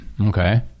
okay